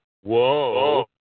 Whoa